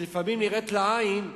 שלפעמים נראית לעין,